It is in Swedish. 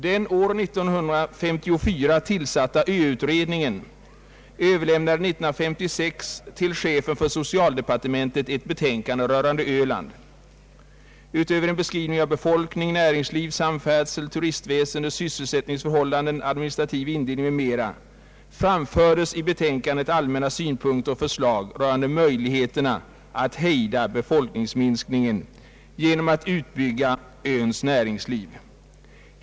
Den år 1954 tillsatta ö-utredningen överlämnade 1956 till chefen för socialdepartementet ett betänkande rörande Öland. Utöver en beskrivning av befolkning, näringsliv, samfärdsel, turistväsende, sysselsättningsförhållanden, administrativ indelning m.m. framfördes i betänkandet allmänna synpunkter och förslag rörande möjligheterna att hejda befolkningsminskningen genom att utbygga öns näringsliv.